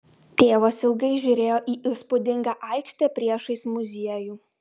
tėvas ilgai žiūrėjo į įspūdingą aikštę priešais muziejų